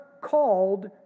called